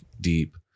deep